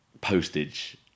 postage